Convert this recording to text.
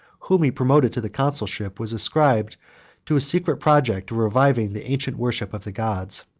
whom he promoted to the consulship, was ascribed to a secret project, of reviving the ancient worship of the gods.